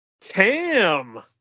Cam